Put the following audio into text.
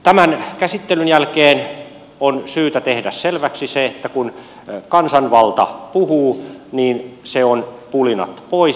tämän käsittelyn jälkeen on syytä tehdä selväksi se että kun kansanvalta puhuu niin se on pulinat pois